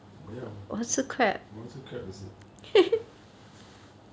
我要我要吃 crab 也是